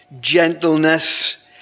gentleness